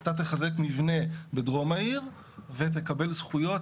אתה תחזק מבנה בדרום העיר ותקבל זכויות,